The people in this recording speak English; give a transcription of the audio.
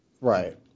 Right